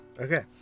Okay